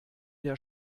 der